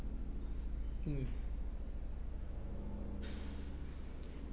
mm